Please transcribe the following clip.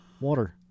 Water